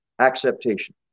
acceptation